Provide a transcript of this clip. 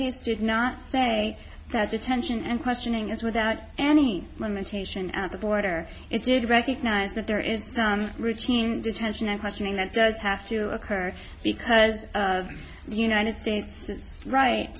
case did not say that detention and questioning as without any limitation at the border it did recognize that there is routine detention and questioning that does have to occur because the united states right